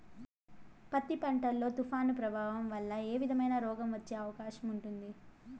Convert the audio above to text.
పత్తి పంట లో, తుఫాను ప్రభావం వల్ల ఏ విధమైన రోగం వచ్చే అవకాశం ఉంటుంది?